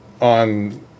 on